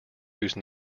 whose